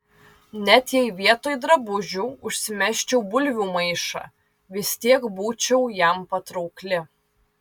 net jei vietoj drabužių užsimesčiau bulvių maišą vis tiek būčiau jam patraukli